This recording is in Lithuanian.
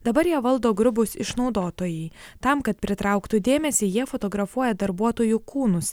dabar ją valdo grubūs išnaudotojai tam kad pritrauktų dėmesį jie fotografuoja darbuotojų kūnus